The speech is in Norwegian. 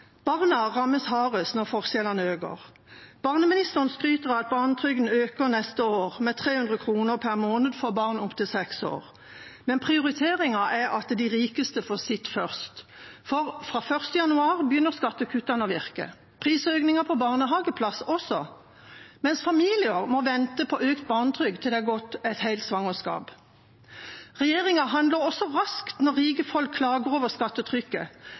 Barna rammes hardest når forskjellene øker. Barneministeren skryter av at barnetrygden øker neste år med 300 kr per måned for barn opp til seks år. Men prioriteringen er at de rikeste får sitt først, for fra 1. januar begynner skattekuttene å virke, prisøkningen på barnehageplass også, mens familier må vente på økt barnetrygd til det har gått et helt svangerskap. Regjeringa handler også raskt når rike folk klager over skattetrykket.